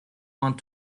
want